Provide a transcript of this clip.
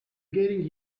getting